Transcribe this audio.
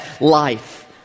life